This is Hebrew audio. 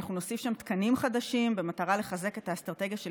אנחנו נוסיף שם תקנים חדשים במטרה לחזק את האסטרטגיה של